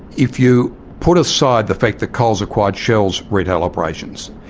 if you put aside the fact that coles acquired shell's retail operations,